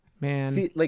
Man